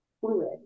fluid